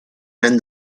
and